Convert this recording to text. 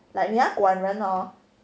like 你要管人 hor